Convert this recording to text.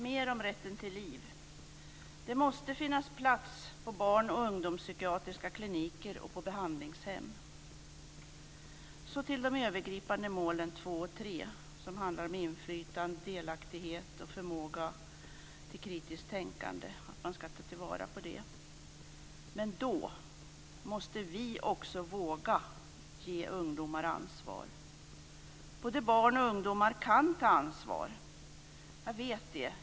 Mer om rätten till liv: Det måste finnas plats på barn och ungdomspsykiatriska kliniker och på behandlingshem. Så till de övergripande målen 2 och 3, som handlar om inflytande, delaktighet och förmåga till kritiskt tänkande och om att man ska ta vara på det. Då måste vi också våga ge ungdomar ansvar. Både barn och ungdomar kan ta ansvar. Jag vet det.